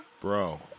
Bro